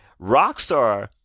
Rockstar